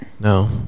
No